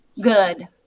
good